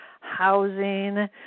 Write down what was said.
housing